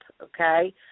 okay